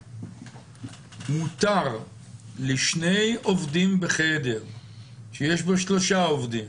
מותר לשני עובדים בחדר שיש בו 3 עובדים